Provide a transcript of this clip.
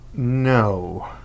No